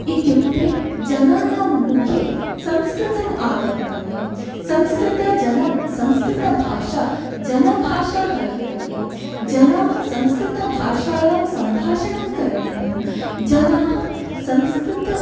इत्युक्ते जनानां मुखे संस्कृतम् आगन्तव्यम् संस्कृतजन संस्कृतभाषा जनभाषा भवितव्यम् जनाः संस्कृतभाषायां सम्भाषणं करणीयं जनाः संस्कृतं